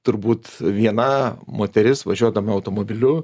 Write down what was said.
turbūt viena moteris važiuodama automobiliu